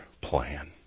plan